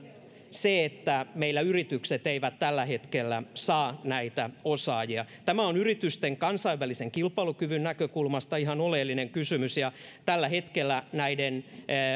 se että meillä yritykset eivät tällä hetkellä saa näitä osaajia tämä on yritysten kansainvälisen kilpailukyvyn näkökulmasta ihan oleellinen kysymys ja tällä hetkellä näiden